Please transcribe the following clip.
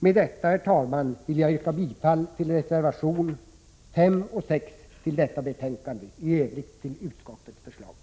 Med detta, herr talman, vill jag yrka bifall till reservationerna 5 och 6 till detta betänkande och i övrigt till utskottets förslag.